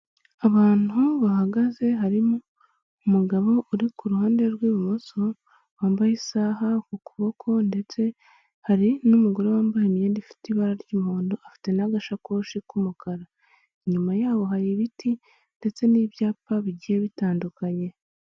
Abantu bahagaze harimo umugabo uri kuhande rw'ibumoso wambaye isaha ku kuboko, ndetse hari n'umugore wambaye imyenda ifite ibara ry'umuhondo, afite n'agasakoshi k'umukara, inyuma yaho hari ibiti ndetse n'ibyapa bigiye bitandukanye.